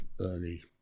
early